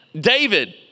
David